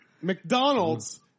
McDonald's